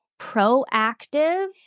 proactive